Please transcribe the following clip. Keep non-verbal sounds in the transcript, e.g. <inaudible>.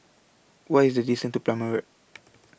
What IS The distance to Plumer Road <noise>